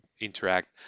interact